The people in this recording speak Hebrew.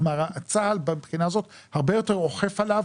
צה"ל מהבחינה הזאת הרבה יותר אוכף עליו,